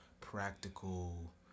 practical